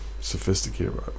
sophisticated